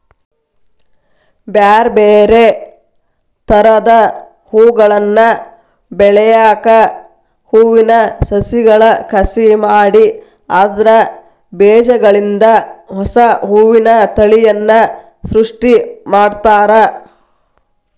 ಬ್ಯಾರ್ಬ್ಯಾರೇ ತರದ ಹೂಗಳನ್ನ ಬೆಳ್ಯಾಕ ಹೂವಿನ ಸಸಿಗಳ ಕಸಿ ಮಾಡಿ ಅದ್ರ ಬೇಜಗಳಿಂದ ಹೊಸಾ ಹೂವಿನ ತಳಿಯನ್ನ ಸೃಷ್ಟಿ ಮಾಡ್ತಾರ